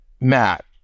Matt